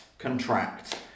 contract